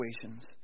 situations